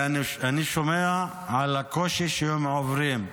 ואני שומע על הקושי שהם עוברים,